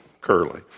Curly